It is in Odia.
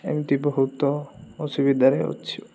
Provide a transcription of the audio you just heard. ଏମିତି ବହୁତ ଅସୁବିଧାରେ ଅଛୁ